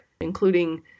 including